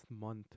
month